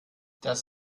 das